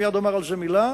אני מייד אומר על זה מלה,